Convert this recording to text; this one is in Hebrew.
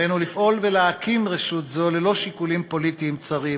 עלינו לפעול ולהקים רשות זו ללא שיקולים פוליטיים צרים,